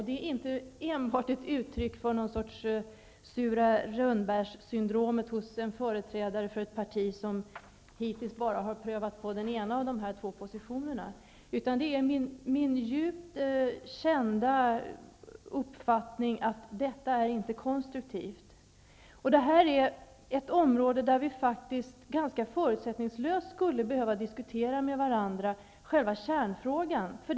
Det är inte enbart ett uttryck för något slags sura-rönnbär-syndrom hos en företrädare för ett parti som hittills bara har prövat på den ena av de här två positionerna. Det är min djupt kända uppfattning att detta inte är konstruktivt. Det här är ett område där vi faktiskt ganska förutsättningslöst skulle behöva diskutera själva kärnfrågan med varandra.